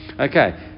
Okay